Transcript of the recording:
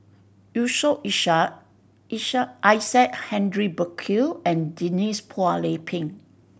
Yusof Ishak Isaac Henry Burkill and Denise Phua Lay Peng